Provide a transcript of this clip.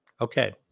Okay